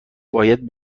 باید